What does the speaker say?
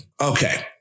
okay